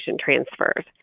transfers